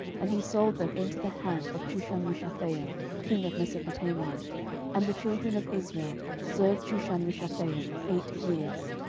and he sold them into the hand of chushanrishathaim king of mesopotamia and the children of israel served chushanrishathaim eight years.